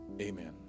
Amen